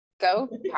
go